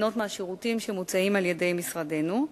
ליהנות מהשירותים שמוצעים על-ידי משרדנו.